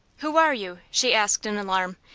who are you? she asked in alarm,